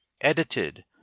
Edited